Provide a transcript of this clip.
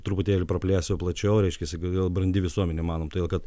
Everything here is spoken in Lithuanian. truputėlį praplėsiu plačiau reiškiasi kodėl brandi visuomenė manom todėl kad